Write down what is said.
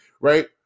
right